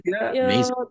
amazing